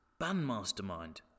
Bandmastermind